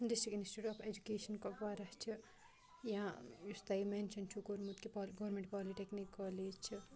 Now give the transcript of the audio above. district institute of education Kupwara چھِ یا یُس تۄہہِ مٮ۪نشَن چھُو کوٚرمُت کہِ پال گورمینٛٹ پالِٹٮ۪کنیٖک کالج چھِ